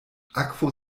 akvo